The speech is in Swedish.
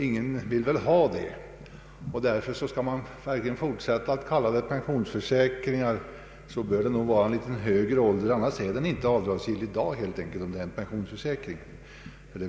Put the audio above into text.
Ingen vill väl att man skall ha en så låg pensionsålder. För att man över huvud taget skall kunna tala om pensionsförsäkring bör det gälla en betydligt högre ålder. Annars är för övrigt premien inte avdragsgill numera.